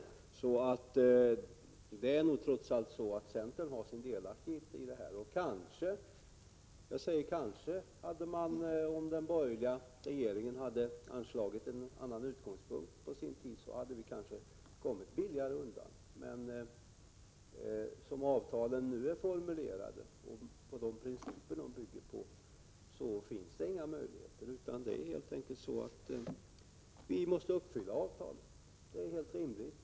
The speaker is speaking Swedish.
Det är nog trots allt så att centern är delaktig i det här, och kanske — jag betonar kanske — hade vi, om den borgerliga regeringen på sin tid haft en annan utgångspunkt, kommit billigare undan. Men som avtalen nu är formulerade och med de principer som de bygger på finns det inga sådana möjligheter. Vi måste helt enkelt uppfylla avtalet — det är helt rimligt.